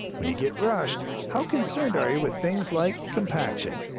when you get rushed, how concerned are you with things like compaction?